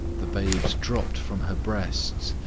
the babes dropped from her breasts.